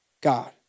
God